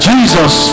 Jesus